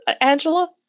Angela